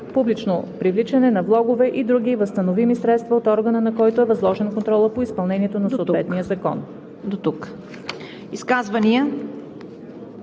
публично привличане на влогове и други възстановими средства, от органа на който е възложен контрола по изпълнението на съответния закон.“